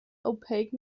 opaque